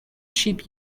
ship